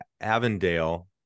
avondale